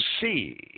see